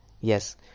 Yes